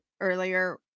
earlier